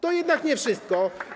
To jednak nie wszystko.